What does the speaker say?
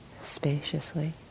spaciously